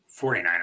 49ers